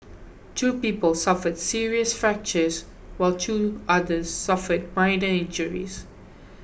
two people suffered serious fractures while two others suffered minor injuries